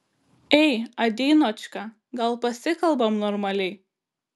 ei adinočka gal pasikalbam normaliai